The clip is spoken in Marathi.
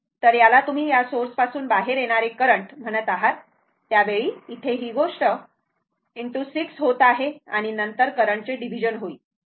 तर याला तुम्ही या सोर्स पासून बाहेर येणारे करंट म्हणत आहात त्यावेळी इथे ही गोष्ट इंटू ६ होत आहे आणि नंतर करंट चे डिव्हिजन होईल